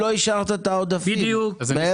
אם לא אישרת את העודפים מאיפה?